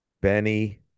Benny